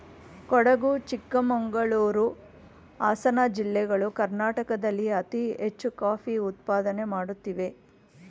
ಕೊಡಗು ಚಿಕ್ಕಮಂಗಳೂರು, ಹಾಸನ ಜಿಲ್ಲೆಗಳು ಕರ್ನಾಟಕದಲ್ಲಿ ಅತಿ ಹೆಚ್ಚು ಕಾಫಿ ಉತ್ಪಾದನೆ ಮಾಡುತ್ತಿವೆ